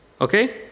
Okay